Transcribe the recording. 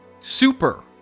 Super